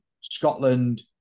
Scotland